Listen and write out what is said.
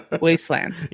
wasteland